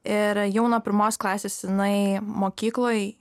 ir jau nuo pirmos klasės jinai mokykloj